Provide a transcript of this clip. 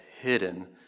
hidden